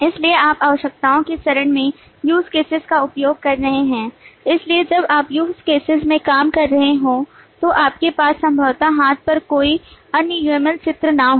इसलिए आप आवश्यकताओं के चरण में use cases का उपयोग कर रहे हैं इसलिए जब आप use cases में काम कर रहे हों तो आपके पास संभवतः हाथ पर कोई अन्य uml चित्र न हो